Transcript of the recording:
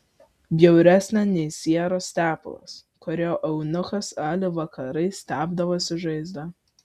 bjauresnė nei sieros tepalas kuriuo eunuchas ali vakarais tepdavosi žaizdą